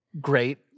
great